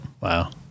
wow